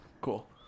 Cool